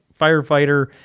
firefighter